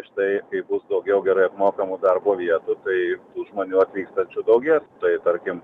štai kai bus daugiau gerai apmokamų darbo vietų tai tų žmonių atvykstančių daugės tai tarkim